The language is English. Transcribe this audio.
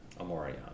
Amorian